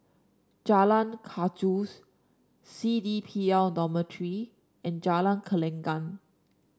Jalan Gajus C D P L Dormitory and Jalan Gelenggang